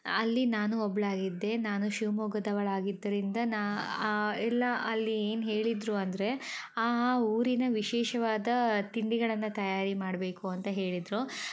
ಅಲ್ಲಿ ನಾನೂ ಒಬ್ಬಳಾಗಿದ್ದೆ ನಾನು ಶಿವಮೊಗ್ಗದವಳಾಗಿದ್ದರಿಂದ ನಾ ಎಲ್ಲ ಅಲ್ಲಿ ಏನು ಹೇಳಿದರು ಅಂದರೆ ಆ ಆ ಊರಿನ ವಿಶೇಷವಾದ ತಿಂಡಿಗಳನ್ನು ತಯಾರಿ ಮಾಡಬೇಕು ಅಂತ ಹೇಳಿದರು